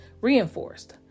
Reinforced